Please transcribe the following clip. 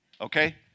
Okay